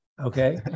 okay